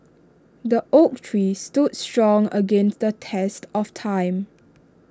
the oak trees stood strong against the test of time